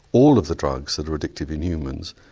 all of the drugs that are addictive in humans,